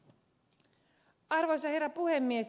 arvoisa herra puhemies